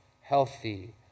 healthy